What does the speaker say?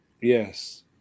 Yes